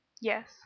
Yes